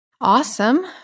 Awesome